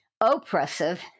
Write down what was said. oppressive